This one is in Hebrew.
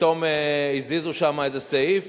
ופתאום הזיזו שם איזה סעיף.